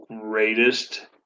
greatest